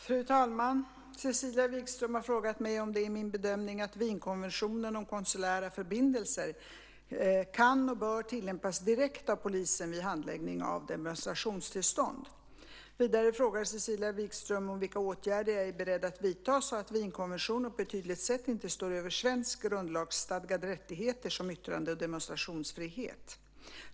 Fru talman! Cecilia Wigström har frågat mig om det är min bedömning att Wienkonventionen om konsulära förbindelser kan och bör tillämpas direkt av polisen vid handläggning av demonstrationstillstånd. Vidare frågar Cecilia Wigström om vilka åtgärder jag är beredd att vidta så att Wienkonventionen på ett tydligt sätt inte står över svenska grundlagsstadgade rättigheter som yttrande och demonstrationsfrihet.